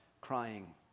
crying